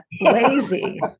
lazy